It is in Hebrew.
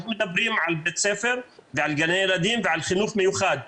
אנחנו מדברים על בית ספר ועל גני ילדים ועל חינוך מיוחד.